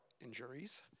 injuries